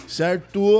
certo